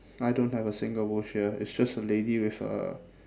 I don't have a single bush here it's just a lady with a